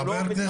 הם לא מתאמצים?